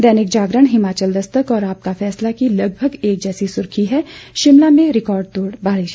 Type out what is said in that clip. दैनिक जागरण हिमाचल दस्तक और आपका फैसला की लगभग एक जैसी सुर्खी है शिमला में रिकार्ड तोड़ बारिश